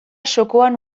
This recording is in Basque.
txokoan